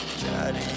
daddy